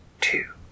two